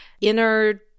inner